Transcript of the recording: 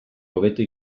hobeto